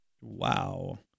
Wow